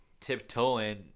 tiptoeing